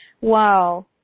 Wow